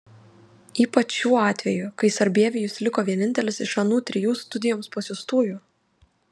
ypač šiuo atveju kai sarbievijus liko vienintelis iš anų trijų studijoms pasiųstųjų